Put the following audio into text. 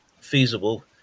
feasible